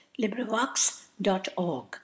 LibriVox.org